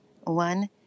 One